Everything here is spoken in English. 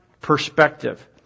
perspective